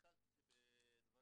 את התחלת בדברייך